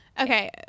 Okay